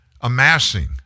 amassing